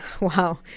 wow